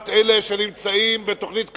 שנמצאים בתוכנית קמ"ע.